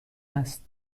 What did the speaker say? است